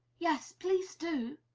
yes, please do!